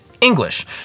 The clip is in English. English